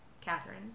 Catherine